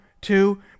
two